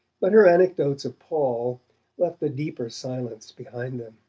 but her anecdotes of paul left a deeper silence behind them.